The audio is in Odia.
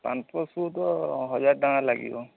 ପାନପସକୁ ତ ହଜାର ଟଙ୍କା ଲାଗିବ